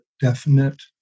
definite